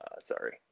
Sorry